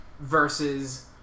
versus